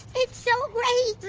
it's so great.